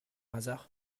hasard